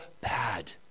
bad